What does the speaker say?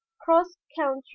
cross-country